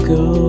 go